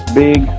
big